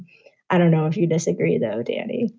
i don't know if you disagree, though, danny.